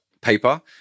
paper